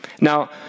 Now